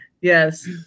Yes